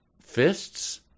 fists